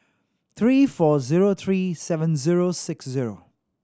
three four zero three seven zero six zero